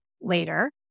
later